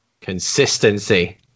Consistency